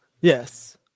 Yes